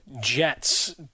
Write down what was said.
Jets